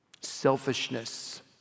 selfishness